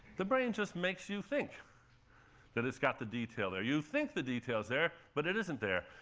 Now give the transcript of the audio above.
the brain just makes you think that it's got the detail there. you think the detail's there, but it isn't there.